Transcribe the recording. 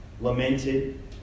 lamented